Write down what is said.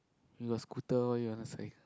you got scooter what you want to say